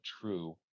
true